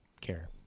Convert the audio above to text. care